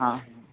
आं